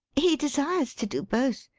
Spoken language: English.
he desires to do both.